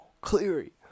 Cleary